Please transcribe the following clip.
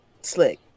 Slick